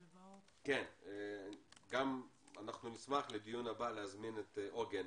אנחנו נשמח לדיון הבא להזמין את עוגן